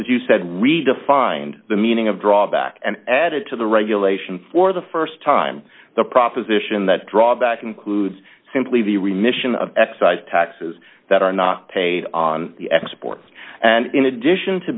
as you say redefined the meaning of drawback and added to the regulation for the st time the proposition that drawback includes simply the remission of excise taxes that are not paid on exports and in addition to